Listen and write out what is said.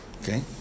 okay